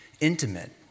intimate